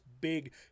big